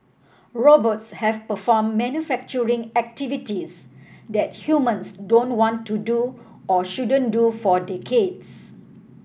robots have performed manufacturing activities that humans don't want to do or shouldn't do for decades